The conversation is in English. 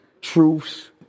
truths